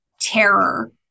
terror